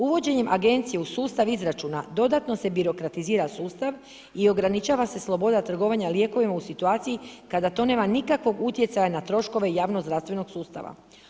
Uvođenjem agencije u sustav izračuna dodatno se birokratizira sustav i ograničava se sloboda trgovanja lijekovima u situaciji kada to nema nikakvog utjecaja na troškove javnozdravstvenog sustava.